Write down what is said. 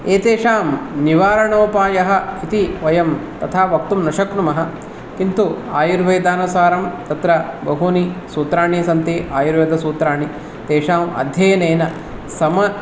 एतेषां निवारणोपायः इति वयं तथा वक्तुं न शक्नुमः किन्तु आयुर्वेदानुसारं तत्र बहूनि सूत्राणि सन्ति आयुर्वेदसूत्राणि तेषाम् अध्ययनेन सम